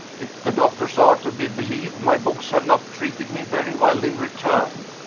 if the doctors are to be believed, my books have not treated me very well in return.